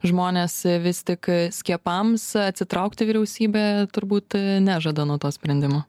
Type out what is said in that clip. žmonės vis tik skiepams atsitraukti vyriausybė turbūt nežada nuo to sprendimo